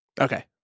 Okay